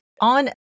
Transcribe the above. On